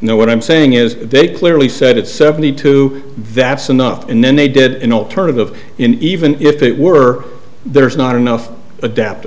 no what i'm saying is they clearly said it's seventy two that's enough and then they did an alternative in even if it were there's not enough adapt